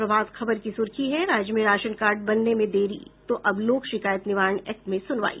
प्रभात खबर की सुर्खी है राज्य में राशन कार्ड बनने में देरी तो अब लोक शिकायत निवारण एक्ट में सुनवाई